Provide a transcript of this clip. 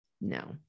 No